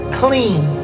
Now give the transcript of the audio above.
clean